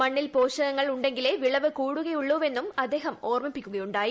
മണ്ണിൽ പോഷകങ്ങൾ ഉണ്ടെങ്കിലേ വിളവ് കൂടുകയുള്ളൂവെന്ന് അദ്ദേഹം ഓർമ്മിപ്പിക്കുകയുണ്ടായി